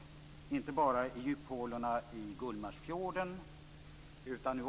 Detta är oerhört allvarligt.